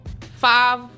Five